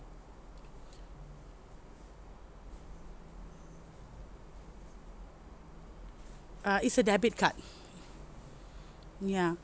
uh it's a debit card ya